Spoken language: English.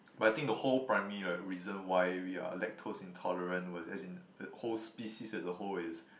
but I think the whole primary like reason why we are lactose intolerant as in the whole species as a whole is